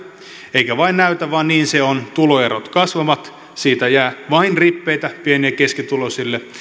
eikä vain näytä vaan niin se on että tuloerot kasvavat siitä jää vain rippeitä pieni ja keskituloisille